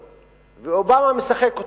ואובמה משחק אותה.